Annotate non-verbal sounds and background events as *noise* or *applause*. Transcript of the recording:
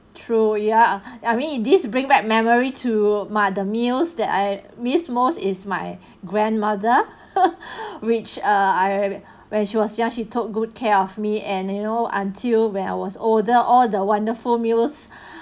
true ya I mean this bring back memory to my the meals that I miss most is my grandmother *laughs* which ah I when she was young she took good care of me and you know until when I was older all the wonderful meals